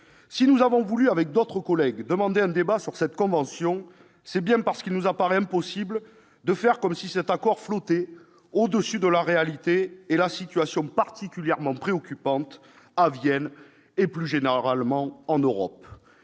Si nous avons voulu, avec d'autres collègues, demander un débat sur cette convention, c'est bien parce qu'il nous apparaît impossible de faire comme si cet accord flottait au-dessus de la réalité, c'est-à-dire de la situation particulièrement préoccupante, à Vienne et, plus largement, en Europe.